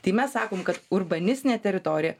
tai mes sakom kad urbanistinė teritorija